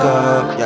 up